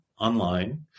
online